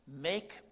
Make